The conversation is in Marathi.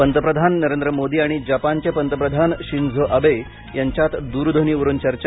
पंतप्रधान नरेंद्र मोदी आणि जपानचे पंतप्रधान शिंझो आबे यांच्यात दूरध्वनीवरून चर्चा